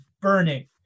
burning